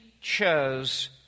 chose